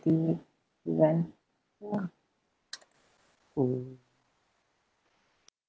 even